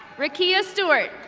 rackia stuart.